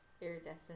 iridescent